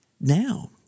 now